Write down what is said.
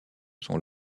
sont